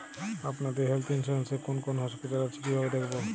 আপনাদের health insurance এ কোন কোন হসপিটাল আছে কিভাবে দেখবো?